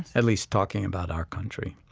as least talking about our country.